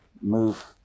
move